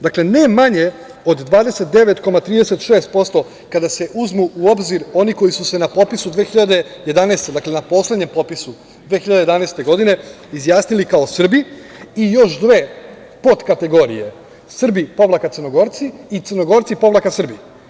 Dakle, ne manje od 29,36% kada se uzmu u obzir oni koji su se na popisu 2011. godine, na poslednjem popisu, izjasnili kao Srbi, i još dve podkategorije – Srbi povlaka Crnogorci i Crnogorci povlaka Srbi.